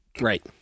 Right